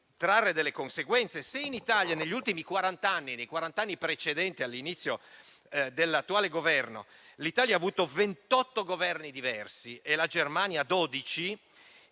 trarre delle conseguenze. Se negli ultimi quarant'anni, nei quarant'anni precedenti l'inizio dell'attuale Governo, l'Italia ha avuto 28 Governi diversi, la Germania 12